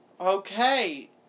Okay